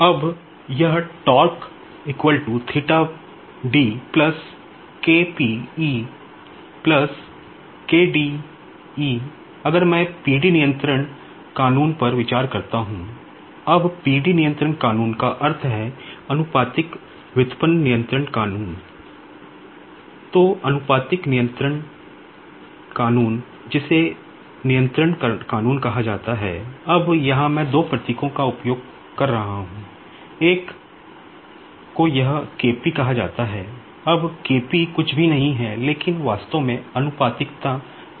अब यह अगर मैं PD कंट्रोल लॉ है